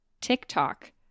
TikTok